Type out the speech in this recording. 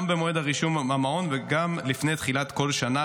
גם במועד הרישום למעון וגם לפני תחילת כל שנה,